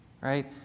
Right